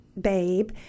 babe